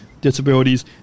disabilities